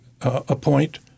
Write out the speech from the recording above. appoint